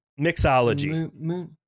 Mixology